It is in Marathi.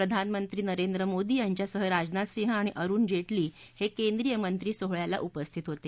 प्रधानमंत्री नरेंद्र मोदी यांच्यासह राजनाथ सिंह आणि अरुण जेटली हे केंद्रीय मंत्री सोहळ्याला उपस्थित होते